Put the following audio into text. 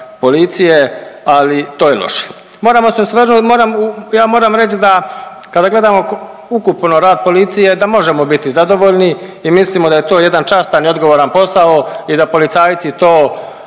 policije, ali to je loše. Moramo se osvrnut, moram u, ja moram reći da kada gledamo ukupno rad policije, da možemo bit zadovoljni i mislimo da je to jedan častan i odgovoran posao i da policajci to